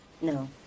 No